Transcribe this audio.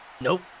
Nope